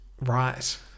Right